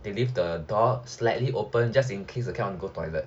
they leave the door slightly open just in case the cat want to go toilet